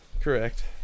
Correct